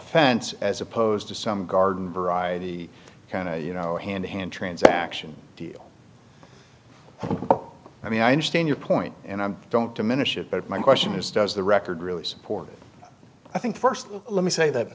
fense as opposed to some garden variety kind of you know hand in hand transaction deal no i mean i understand your point and i don't diminish it but my question is does the record really supported i think first let me say that